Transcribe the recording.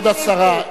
כבוד השרה.